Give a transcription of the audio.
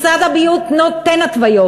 משרד הבריאות נותן התוויות.